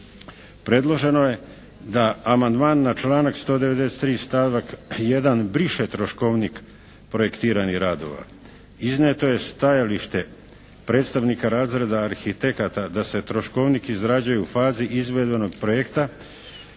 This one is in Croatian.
predloženo je da amandman na članak 193., stavak 1. briše troškovnik projektiranih radova. Iznijeto je stajalište predstavnika razreda arhitekata da se troškovnik izrađuje u fazi izvedbenog projekta